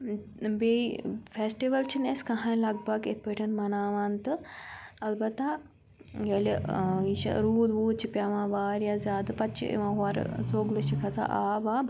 بیٚیہِ فیٚسٹِوَل چھِنہٕ أسۍ کٕہٲنۍ لَگ بھَگ یِتھ پٲٹھۍ مَناوان تہٕ اَلبَتہ ییٚلہِ ٲں یہِ چھُ روٗد ووٗد چھُ پیٚوان واریاہ زیادٕ پَتہٕ چھِ یِوان ہورٕ ژوٚگلہٕ چھِ کھَسان آب واب